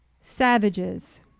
savages